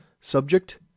subject